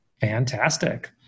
Fantastic